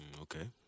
Okay